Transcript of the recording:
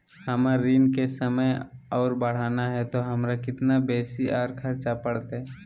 हमर ऋण के समय और बढ़ाना है तो हमरा कितना बेसी और खर्चा बड़तैय?